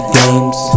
games